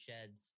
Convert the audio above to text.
sheds